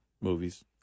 movies